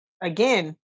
again